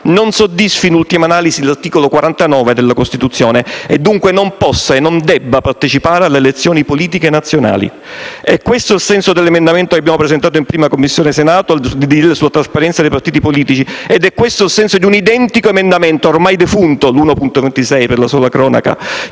non soddisfi in ultima analisi l'articolo 49 della Costituzione e, dunque, non possa e non debba partecipare alle elezioni politiche nazionali. È questo il senso dell'emendamento che abbiamo presentato in 1a Commissione del Senato al disegno di legge sulla trasparenza dei partiti politici ed è questo il senso di un identico emendamento ormai defunto - l'emendamento 1.26,